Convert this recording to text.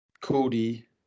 Cody